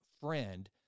friend